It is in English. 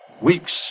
weeks